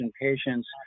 patients